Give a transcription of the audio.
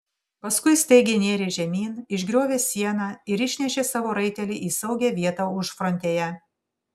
paskui staigiai nėrė žemyn išgriovė sieną ir išnešė savo raitelį į saugią vietą užfrontėje